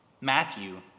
Matthew